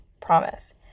promise